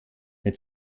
mit